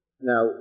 Now